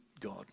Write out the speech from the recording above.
God